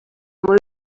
mul